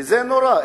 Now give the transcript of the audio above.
וזה נורא,